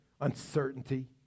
uncertainty